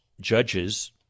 judges